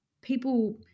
people